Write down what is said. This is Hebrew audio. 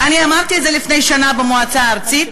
אני אמרתי את זה לפני שנה במועצה הארצית,